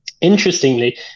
Interestingly